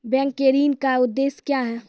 Bank के ऋण का उद्देश्य क्या हैं?